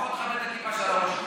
לפחות תכבד את הכיפה שעל הראש שלך.